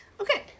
Okay